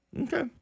Okay